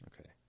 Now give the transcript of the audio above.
Okay